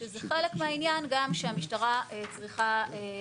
שזה חלק מהעניין גם שהמשטרה איכשהו